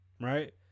Right